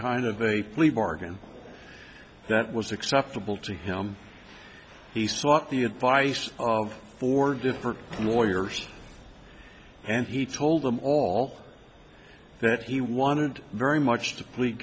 kind of a plea bargain that was acceptable to him he sought the advice of four different lawyers and he told them all that he wanted very much to plead